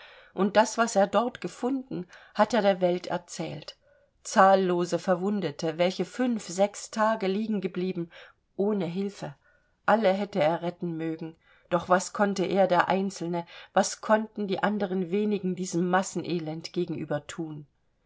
und das was er dort gefunden hat er der welt erzählt zahllose verwundete welche fünf sechs tage liegen geblieben ohne hilfe alle hätte er retten mögen doch was konnte er der einzelne was konnten die anderen wenigen diesem massenelend gegenüber thun